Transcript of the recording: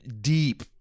deep